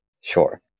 Sure